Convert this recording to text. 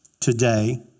today